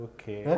Okay